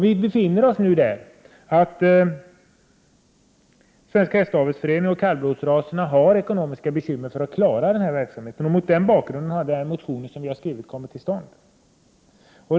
Vi befinner oss nu i den situationen att Svenska hästavelsförbundet och avelsverksamheten när det gäller kallblodsraserna har ekonomiska bekymmer att klara verksamheten. Det är mot den bakgrunden vår motion kom till.